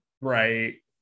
Right